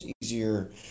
easier